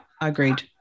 Agreed